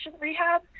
rehab